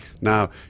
Now